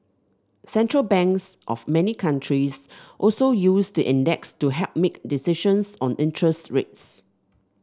central banks of many countries also use the index to help make decisions on interest rates